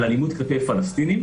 על אלימות כלפי הפלסטינים,